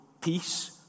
peace